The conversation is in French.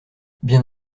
bien